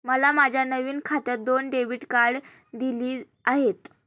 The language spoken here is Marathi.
मला माझ्या नवीन खात्यात दोन डेबिट कार्डे दिली आहेत